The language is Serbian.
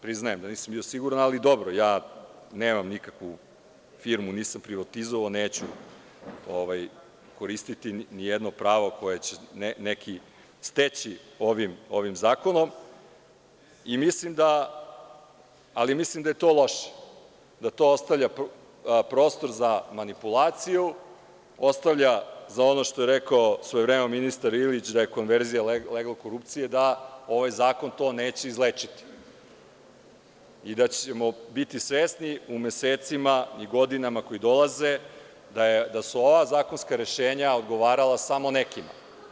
Priznajem da nisam bio siguran, ali dobro, nemam nikakvu firmu, nisam privatizovan, neću koristiti nijedno pravo koje će neki steći ovim zakonom, ali mislim da je to loše, da to ostavlja prostor za manipulaciju, ostavlja za ono, što je rekao svojevremeno ministar Ilić, da je konverzija leglo korupcije, da ovaj zakon to neće izlečiti i da ćemo biti svesni u mesecima i godinama koje dolaze da su ova zakonska rešenja odgovarala samo nekima.